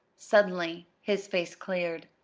suddenly his face cleared.